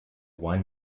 one